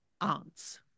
aunts